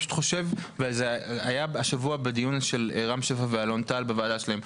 וזה היה השבוע בדיון של רם שפע ואלון טל בוועדה שלהם,